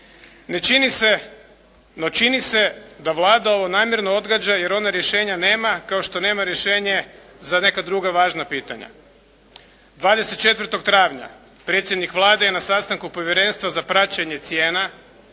suočiti. No, čini se da Vlada ovo namjerno odgađa jer ona rješenja nema kao što nema rješenje za neka druga važna pitanja. 24. travnja predsjednik Vlade je na sastanku povjerenstva za praćenje cijena